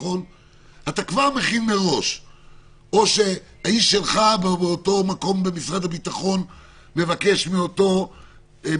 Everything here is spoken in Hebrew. אתה כבר מכין מראש או שהאיש שלך באותו מקום במשרד הביטחון מבקש ממי